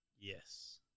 Yes